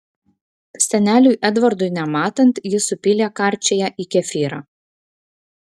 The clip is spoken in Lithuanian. seneliui edvardui nematant ji supylė karčiąją į kefyrą